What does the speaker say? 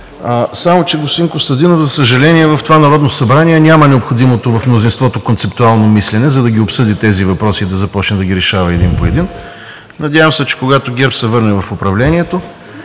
Само че, господин Костадинов, за съжаление, в това Народно събрание няма необходимото концептуално мислене в мнозинството, за да ги обсъди тези въпроси и да започне да ги решава един по един. Надявам се, че когато ГЕРБ се върне в управлението,